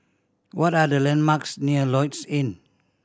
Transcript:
what are the landmarks near Lloyds Inn